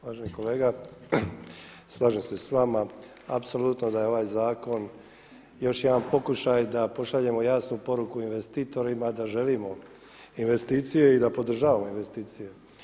Uvaženi kolega slažem se sa vama apsolutno da je ovaj zakon još jedan pokušaj da pošaljemo jasnu poruku investitorima da želimo investicije i da podržavamo investicije.